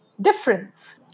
difference